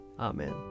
Amen